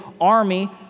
army